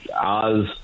Oz